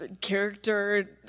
character